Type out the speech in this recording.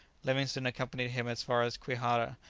livingstone accompanied him as far as kwihara,